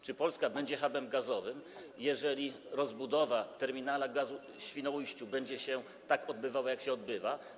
Czy Polska będzie hubem gazowym, jeżeli rozbudowa terminala gazu w Świnoujściu będzie się tak odbywała, jak się odbywa?